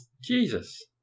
Jesus